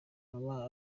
aba